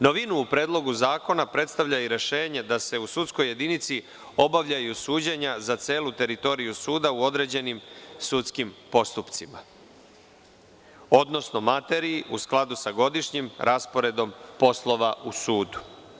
Novinu u Predlogu zakona predstavlja i rešenje da se u sudskoj jedinici obavljaju suđenja za celu teritoriju suda u određenim sudskim postupcima, odnosno materiji u skladu sa godišnjim rasporedom postola u sudu.